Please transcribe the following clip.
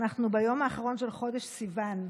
ביום האחרון של חודש סיוון.